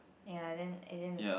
ya and then and then